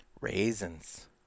Raisins